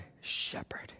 shepherd